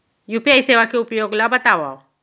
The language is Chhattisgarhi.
यू.पी.आई सेवा के उपयोग ल बतावव?